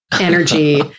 energy